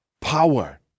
power